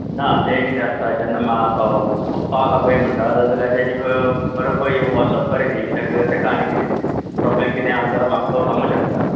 ना तें कितें आसता जेन्ना मा पप्पाक आपय म्हणटा जाल्यार तेजे बरबर वचप बरें नी कित्याक तेका आनीक कितें प्रोब्लेम कितें आसा जाल्यार म्हाका तो सांगूंक शकता